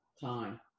time